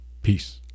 Peace